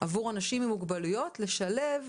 עבור אנשים עם מוגבלויות - לשלב,